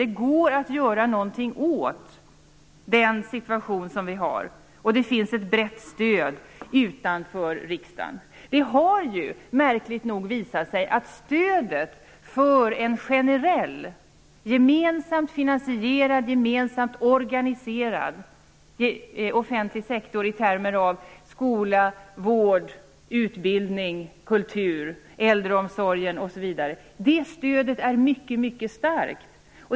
Det går att göra någonting åt den situation som vi har. Det finns ett brett stöd utanför riksdagen. Det har märkligt nog visat sig att stödet för en generell gemensamt finansierad och gemensamt organiserad offentlig sektor i termer av skola, vård, utbildning, kultur, äldreomsorg osv. är mycket starkt.